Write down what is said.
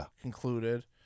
concluded